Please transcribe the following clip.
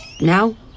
Now